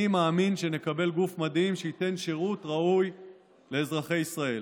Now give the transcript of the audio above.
אני מאמין שנקבל גוף מדהים שייתן שירות ראוי לאזרחי ישראל.